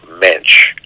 mensch